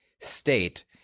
state